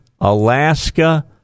Alaska